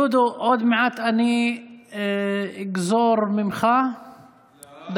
דודו, עוד מעט אני אגזור ממך דקה.